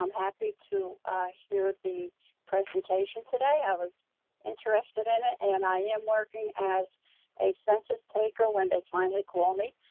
um happy to hear the presentation today. i was interested in it, and i am working as a census taker when they finally call me.